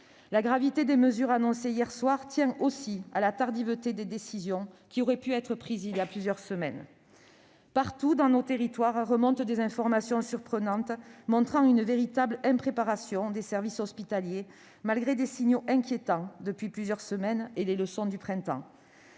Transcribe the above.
La gravité des mesures annoncées hier soir tient aussi à la tardiveté de décisions qui auraient pu être prises il y a plusieurs semaines. Partout, dans nos territoires, remontent des informations surprenantes montrant une véritable impréparation des services hospitaliers, malgré des signaux inquiétants depuis plusieurs semaines et les leçons du printemps.